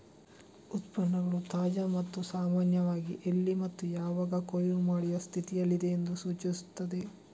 ಉತ್ಪನ್ನಗಳು ತಾಜಾ ಮತ್ತು ಸಾಮಾನ್ಯವಾಗಿ ಎಲ್ಲಿ ಮತ್ತು ಯಾವಾಗ ಕೊಯ್ಲು ಮಾಡಿದ ಸ್ಥಿತಿಯಲ್ಲಿದೆ ಎಂದು ಸೂಚಿಸುತ್ತದೆ